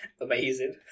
Amazing